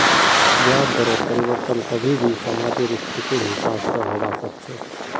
ब्याज दरत परिवर्तन कभी भी समाजेर स्थितिर हिसाब से होबा सके छे